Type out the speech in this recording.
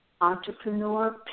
Entrepreneur